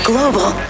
Global